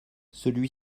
celui